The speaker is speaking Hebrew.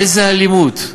איזו אלימות,